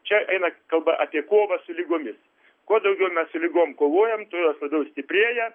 čia eina kalba apie kovą su ligomis kuo daugiau mes su ligom kovojam tuo jos labiau stiprėja